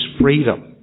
freedom